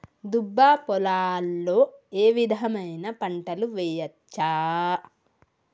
దుబ్బ పొలాల్లో ఏ విధమైన పంటలు వేయచ్చా?